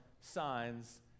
signs